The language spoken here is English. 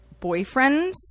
boyfriends